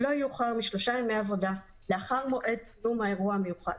לא יאוחר משלושה ימי עבודה לאחר מועד סיום האירוע המיוחד,